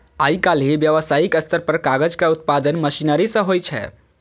आइकाल्हि व्यावसायिक स्तर पर कागजक उत्पादन मशीनरी सं होइ छै